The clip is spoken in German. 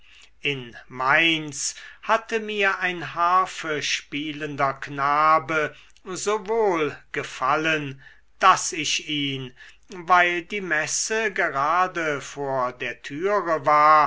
in mainz hatte mir ein harfespielender knabe so wohl gefallen daß ich ihn weil die messe gerade vor der türe war